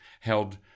held